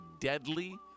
deadly